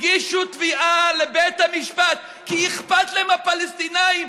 הגישו תביעה לבית המשפט כי אכפת להם מהפלסטינים